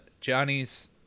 Johnny's